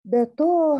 be to